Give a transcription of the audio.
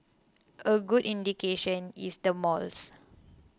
a good indication is the malls